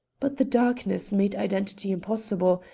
but the darkness made identity impossible,